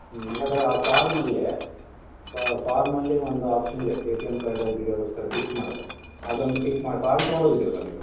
ಹ್ಞೂ ಹಾಗಾದ್ರೆ ಆ ಫಾರ್ಮಲ್ಲಿ ಫಾರ್ಮಲ್ಲಿ ಒಂದು ಆಪ್ಷನಿದೆ A T M card tick ಮಾಡೋದು ಅದೊಂದು ಟಿಕ್ ಮಾಡಿ ಫಾರ್ಮ್ ತೊಗೊಂಡೋಗಿದ್ದೀರಲ್ಲ ನೀವು